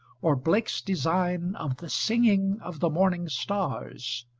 or blake's design of the singing of the morning stars,